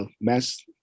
mass